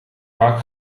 vaak